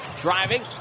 driving